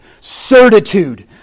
Certitude